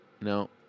No